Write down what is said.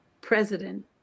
president